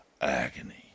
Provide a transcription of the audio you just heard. agony